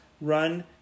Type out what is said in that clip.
Run